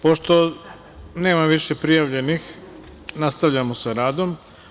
Pošto nema više prijavljenih, nastavljamo sa radom.